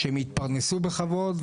שהם יתפרנסו בכבוד,